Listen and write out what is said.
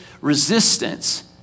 resistance